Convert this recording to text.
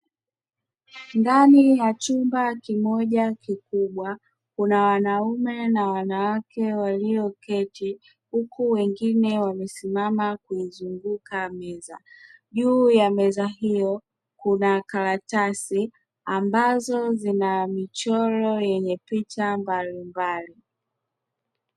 Ndani ya chumba kimoja kikubwa kuna wanaume na wanawake walioketi, huku wengine wamesimama kuizunguka meza; juu ya meza hiyo kuna karatasi zinazobeba michoro yenye picha mbalimbali.